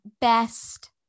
best